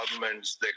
governments